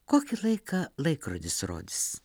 kokį laiką laikrodis rodys